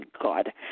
God